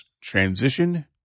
transition